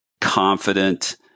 confident